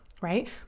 right